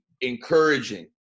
encouraging